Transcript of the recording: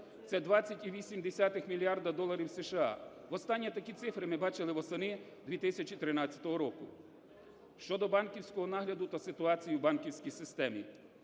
Це 20,8 мільярда доларів США. Востаннє такі цифри ми бачили восени 2013 року. Щодо банківського нагляду та ситуації в банківській системі.